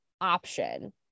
option